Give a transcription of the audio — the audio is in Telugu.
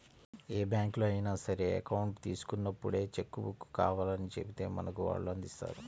ఏ బ్యాంకులో అయినా సరే అకౌంట్ తీసుకున్నప్పుడే చెక్కు బుక్కు కావాలని చెబితే మనకు వాళ్ళు అందిస్తారు